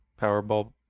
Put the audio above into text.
Powerball